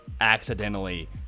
accidentally